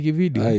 video